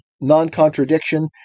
non-contradiction